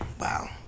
wow